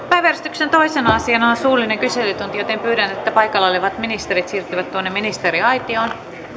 päiväjärjestyksen toisena asiana on suullinen kyselytunti pyydän että paikalla olevat ministerit siirtyvät ministeriaitioon